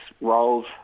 roles